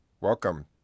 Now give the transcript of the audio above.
Welcome